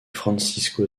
francisco